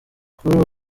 kuri